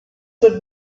would